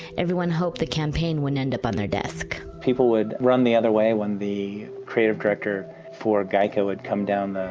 everyone hoped the campaign would end up on their desk. people would run the other way when the creative director for geico would come down the